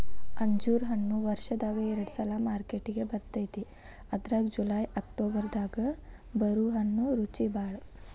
ಅಂಜೂರ ಹಣ್ಣು ವರ್ಷದಾಗ ಎರಡ ಸಲಾ ಮಾರ್ಕೆಟಿಗೆ ಬರ್ತೈತಿ ಅದ್ರಾಗ ಜುಲೈ ಅಕ್ಟೋಬರ್ ದಾಗ ಬರು ಹಣ್ಣು ರುಚಿಬಾಳ